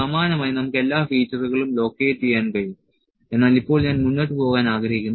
സമാനമായി നമുക്ക് എല്ലാ ഫീച്ചറുകളും ലൊക്കേറ്റ് ചെയ്യാൻ കഴിയും എന്നാൽ ഇപ്പോൾ ഞാൻ മുന്നോട്ട് പോകാൻ ആഗ്രഹിക്കുന്നു